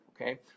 okay